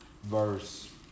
verse